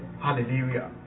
Hallelujah